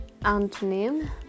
antonym